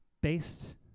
based